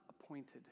appointed